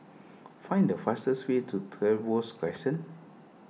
find the fastest way to Trevose Crescent